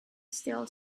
still